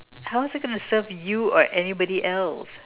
how is it gonna serve you or anybody else